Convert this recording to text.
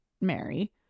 Mary